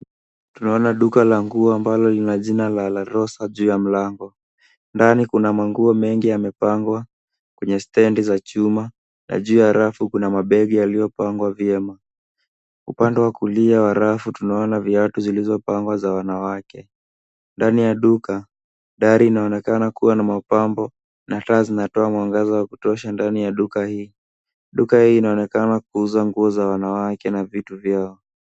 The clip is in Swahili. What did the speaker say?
Tunaona duka la nguo ambalo lina jina la La Rosa juu ya mlango. Ndani kuna manguo mengi yamepangwa kwenye stendi za chuma na juu ya rafu kuna mabegi yaliyopangwa vyema. Upande wa kulia wa rafu tunaona viatu zilizopangwa za wanawake. Ndani ya duka dari inaonekana kuwa na mapambo na taa zinatoa mwangaza wa kutosha ndani ya duka hii. Duka hii inaonekana kuuza nguo za wanawake na vitu vyao.